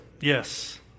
Yes